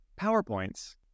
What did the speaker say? PowerPoints